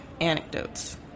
anecdotes